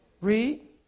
Read